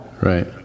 Right